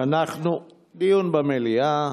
דיון במליאה.